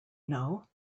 know